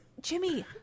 Jimmy